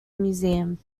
museum